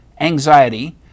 anxiety